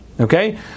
Okay